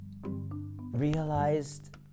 realized